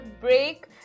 break